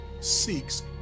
seeks